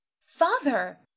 Father